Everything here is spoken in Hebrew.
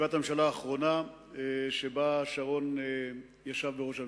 ישיבת הממשלה האחרונה שבה שרון ישב בראש הממשלה.